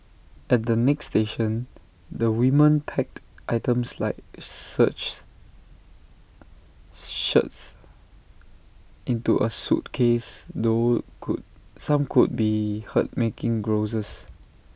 at the next station the women packed items like searches shirts into A suitcase though some could be heard making grouses